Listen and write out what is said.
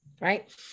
right